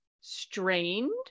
strained